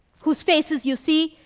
whose faces you see,